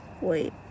Wait